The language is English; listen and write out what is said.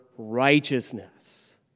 righteousness